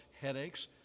headaches